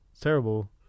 terrible